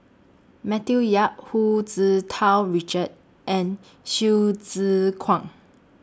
Matthew Yap Hu Tsu Tau Richard and Hsu Tse Kwang